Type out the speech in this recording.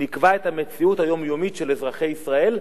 נקבע את המציאות היומיומית של אזרחי ישראל,